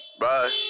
Bye